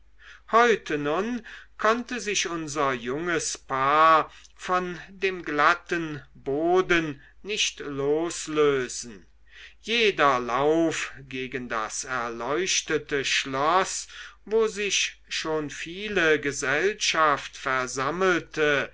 heute nun konnte sich unser junges paar von dem glatten boden nicht loslösen jeder lauf gegen das erleuchtete schloß wo sich schon viele gesellschaft versammelte